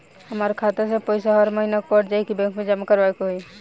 हमार खाता से पैसा हर महीना कट जायी की बैंक मे जमा करवाए के होई?